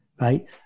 right